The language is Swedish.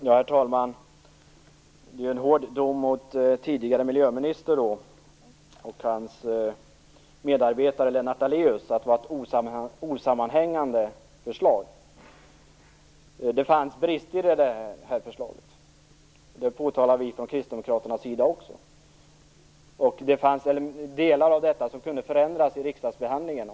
Herr talman! Det är en hård dom mot tidigare miljöminister och hans medarbetare Lennart Daléus att säga att det var ett osammanhängande förslag. Det fanns förvisso brister i förslaget. Det påtalade vi kristdemokrater också. Vissa delar hade kunnat förändras vid riksdagsbehandlingen.